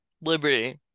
liberty